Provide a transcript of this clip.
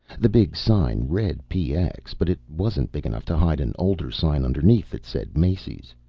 the big sign read px, but it wasn't big enough to hide an older sign underneath that said macy's.